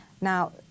Now